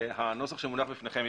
הנוסח שמונח בפניכם,